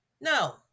No